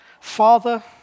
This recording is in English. Father